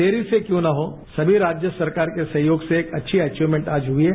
देरी से क्यों न हो सभी राज्य सरकार के सहयोग से एक अच्छी एचीकमेंट आज हुई है